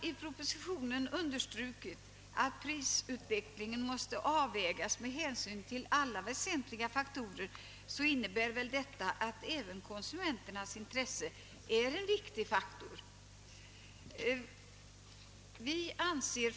I propositionen understryks det att prisutvecklingen måste avvägas med hänsyn till alla väsentliga faktorer. Detta innebär väl att även konsumenternas intresse är en viktig faktor.